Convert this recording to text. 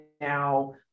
now